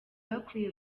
akwiye